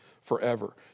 forever